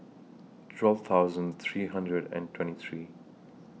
twelve thousand three hundred and twenty three